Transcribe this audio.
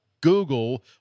Google